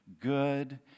good